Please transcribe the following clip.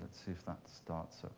see if that starts.